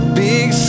big